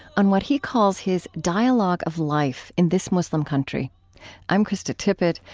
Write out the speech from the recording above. on what he calls his dialogue of life in this muslim country i'm krista tippett.